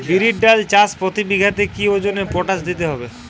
বিরির ডাল চাষ প্রতি বিঘাতে কি ওজনে পটাশ দিতে হবে?